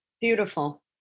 Beautiful